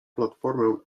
platformę